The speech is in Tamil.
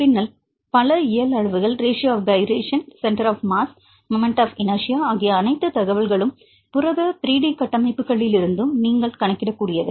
பின்னர் பல இயல் அளவுகள் ratio of gyration centre of mass moment of inertia ஆகிய அனைத்து தகவல்களும் புரத 3 டி கட்டமைப்புகளிலிருந்தும் நீங்கள் கணக்கிடக்கூடியவை